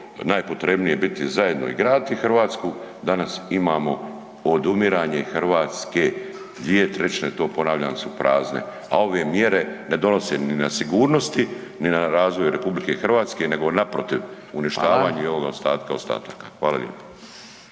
najpotrebnije biti zajedno i graditi Hrvatsku danas imamo odumiranje Hrvatske. 2/3 to ponavljam su prazne, a ove mjere ne donose ni na sigurnosti, ni na razvoju RH nego naprotiv uništavanje i ovoga ostatka ostataka. Hvala lijepo.